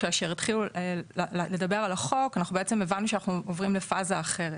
כאשר התחילו לדבר על החוק אנחנו הבנו שאנחנו עוברים לפאזה אחרת